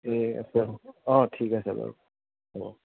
এই আছে অঁ ঠিক আছে বাৰু হ'ব